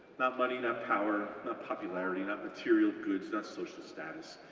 not money, not power, not popularity, not material goods, not social status,